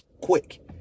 Quick